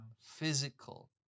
physical